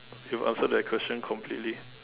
you have answered that question completely